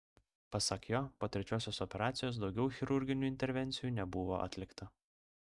pasak jo po trečiosios operacijos daugiau chirurginių intervencijų nebuvo atlikta